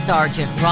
Sergeant